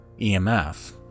EMF